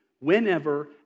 whenever